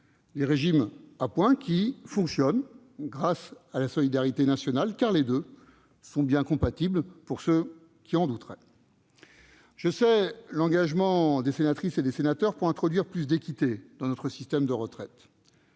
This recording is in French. Ces régimes à points fonctionnent grâce à la solidarité nationale, car les deux sont bien compatibles, pour ceux qui en douteraient ... Je sais, mesdames, messieurs les sénateurs, votre engagement pour introduire plus d'équité dans notre système de retraite.